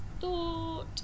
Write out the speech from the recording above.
thought